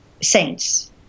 saints